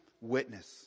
witness